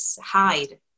hide